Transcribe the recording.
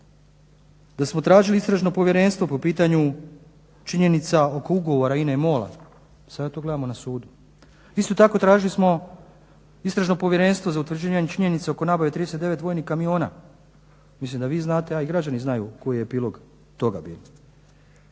da smo tražili istražno povjerenstvo po pitanju činjenica oko ugovora INA-e i MOL-a. Sada to gledamo na sudu. Isto tako tražili smo istražno povjerenstvo za utvrđivanje činjenica oko nabave 39 vojnih kamiona. Mislim da vi znate, a i građani znaju koji je epilog toga